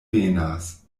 venas